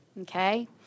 Okay